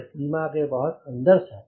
यह सीमा के बहुत अंदर था